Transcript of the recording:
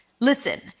Listen